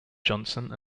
johnson